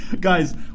Guys